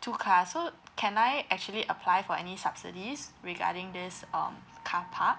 two car so can I actually apply for any subsidies regarding this um car park